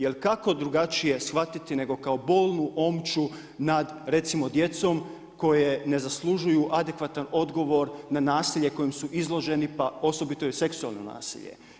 Jer kako drugačije shvatiti nego kao bolnu omču nad recimo djecom koje ne zaslužuju adekvatan odgovor na nasilje kojem su izloženi, pa osobito seksualno nasilje?